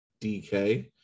DK